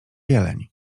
jeleń